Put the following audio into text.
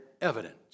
evidence